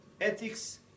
ethics